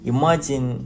Imagine